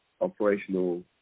operational